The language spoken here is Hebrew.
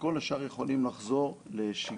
וכל השאר יכולים לחזור לשגרה.